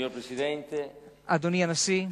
אדוני הנשיא,